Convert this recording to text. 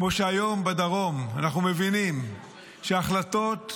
כמו שהיום בדרום אנחנו מבינים שההחלטות,